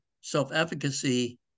self-efficacy